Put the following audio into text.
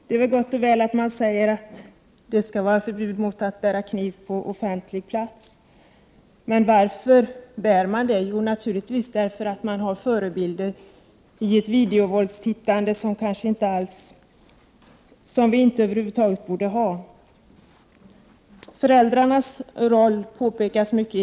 Det är gott och väl att säga att det skall vara förbud mot att bära kniv på offentlig plats, men varför bär man kniv? Jo, naturligtvis därför att man får fel förebilder vid ett videovåldstittande som inte borde få förekomma. Föräldrarnas roll framhålles mycket.